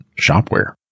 shopware